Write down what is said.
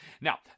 Now